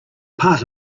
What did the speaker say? part